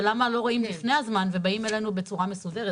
ולמה לא רואים לפני הזמן ובאים אלינו בצורה מסודרת?